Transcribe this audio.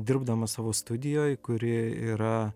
dirbdamas savo studijoj kuri yra